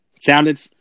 sounded